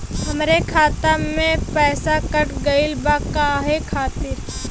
हमरे खाता में से पैसाकट गइल बा काहे खातिर?